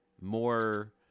more